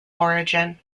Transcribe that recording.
origin